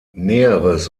näheres